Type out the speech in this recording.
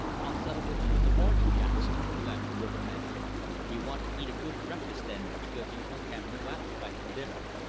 i'll settle with you in the morning, jackson, laughed the riverman. you want to eat a good breakfast, then, because you won't have no appetite for dinner.